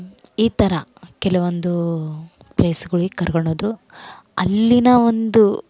ಈ ಥರ ಕೆಲವೊಂದು ಪ್ಲೇಸ್ಗಳಿಗ್ ಕರ್ಕೊಂಡೋದ್ರು ಅಲ್ಲಿನ ಒಂದು